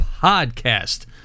Podcast